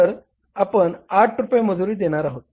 तर आपण 8 रुपये मजुरी देणार आहोत